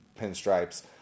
pinstripes